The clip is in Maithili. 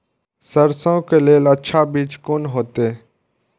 सरसों के लेल अच्छा बीज कोन होते?